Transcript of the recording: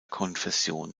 konfession